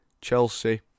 Chelsea